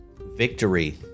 victory